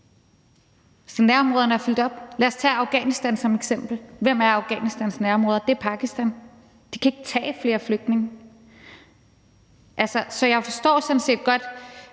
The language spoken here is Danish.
at nærområderne sådan set er fyldt op. Lad os tage Afghanistan som et eksempel. Hvem er Afghanistans nærområde? Det er Pakistan. De kan ikke tage flere flygtninge. Så jeg forstår sådan set godt